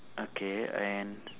okay and